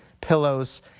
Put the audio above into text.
pillows